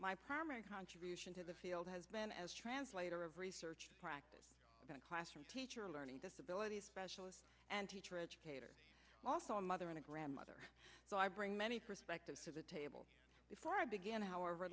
my primary contribution to the field has been as translator of research practice classroom teacher learning disability specialist and teacher educator also a mother and a grandmother so i bring many perspectives to the table before i begin however